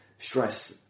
stress